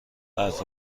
برف